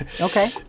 Okay